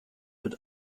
wird